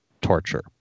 torture